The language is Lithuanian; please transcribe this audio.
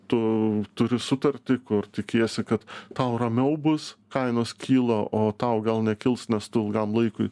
tu turi sutartį kur tikiesi kad tau ramiau bus kainos kyla o tau gal nekils nes tu ilgam laikui